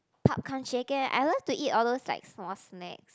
Popcorn Shaker I love to eat all those like small snacks